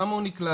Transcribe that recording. למה הוא נקלט,